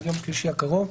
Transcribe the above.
עד יום שלישי הקרוב.